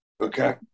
okay